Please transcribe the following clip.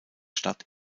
stadt